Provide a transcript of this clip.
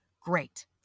Great